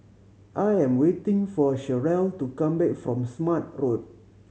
I am waiting for Cherrelle to come back from Smart Road